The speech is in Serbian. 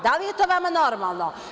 Da li je to vama normalno?